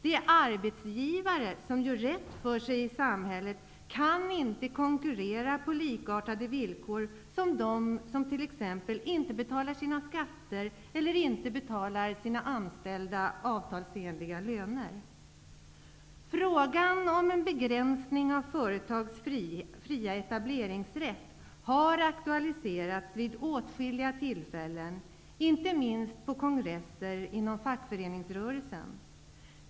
De arbetsgivare som gör rätt för sig i samhället kan inte konkurrera på likartade villkor som dem som t.ex. inte betalar sina skatter eller inte betalar sina anställda avtalsenliga löner. Frågan om en begränsning av företags fria etableringsrätt har aktualiserats vid åtskilliga tillfällen, inte minst på kongresser inom fackföreningsrörelsen.